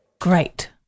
Great